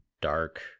dark